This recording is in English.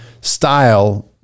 style